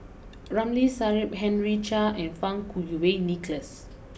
Ramli Sarip Henry Chia and Fang Kuo Wei Nicholas